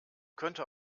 könnte